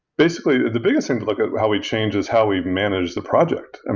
basically, the biggest thing to look at how we changed is how we managed the project. and